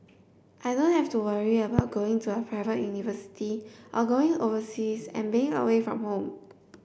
I don't have to worry about going to a private university or going overseas and being away from home